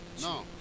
No